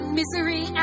misery